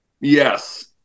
yes